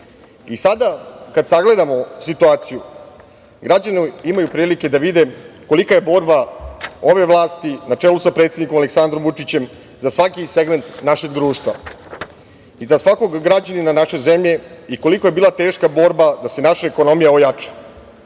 kad sagledamo situaciju, građani imaju prilike da vide kolika je borba ove vlasti, na čelu sa predsednikom Aleksandrom Vučićem, za svaki segment našeg društva i za svakog građanina naše zemlje i koliko je bila teška borba da se naša ekonomija ojača